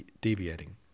deviating